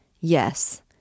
Yes